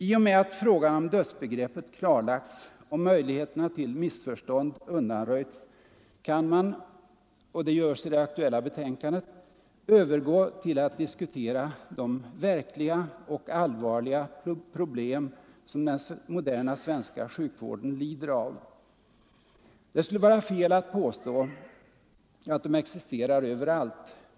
I och med att frågan om dödsbegreppet klarlagts och möjligheterna till missförstånd undanröjts, kan man — och det görs i det aktuella betänkandet —-Övergå till att diskutera de verkliga och allvarliga problem som den moderna svenska sjukvården lider av. Det skulle vara fel att påstå att de existerar överallt.